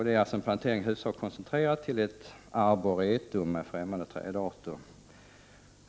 Det är en plantering som i huvudsak är koncentrerad till ett arboretum, med främmande trädarter.